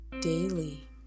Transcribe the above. daily